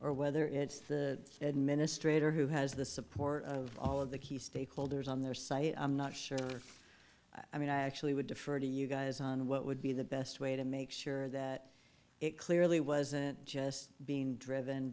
or whether it's administrator who has the support of all of the key stakeholders on their site i'm not sure i mean i actually would defer to you guys on what would be the best way to make sure that it clearly wasn't just being driven